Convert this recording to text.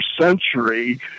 century